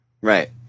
Right